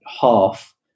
half